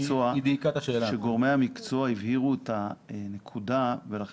שגורמי המקצוע הבהירו את הנקודה ולכן